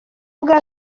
bwa